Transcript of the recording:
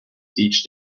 speech